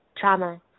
Trauma